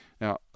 Now